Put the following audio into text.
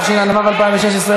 התשע"ו 2016,